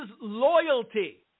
loyalty